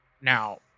Now